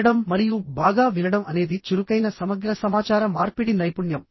వినడం మరియు బాగా వినడం అనేది చురుకైన సమగ్ర సమాచార మార్పిడి నైపుణ్యం